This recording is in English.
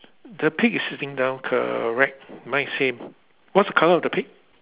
the pig is sitting down correct mine is same what's the colour of the pig